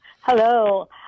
Hello